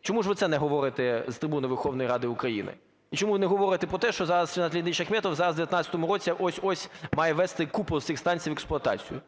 Чому ж ви це не говорите з трибуни Верховної Ради України? І чому ви не говорите про те, що зараз Рінат Леонідович Ахметов, зараз в 19-му році ось-ось має ввести купу цих станцій в експлуатацію?